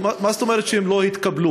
מה זאת אומרת שהם לא התקבלו?